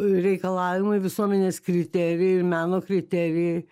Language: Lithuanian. reikalavimai visuomenės kriterijai ir meno kriterijai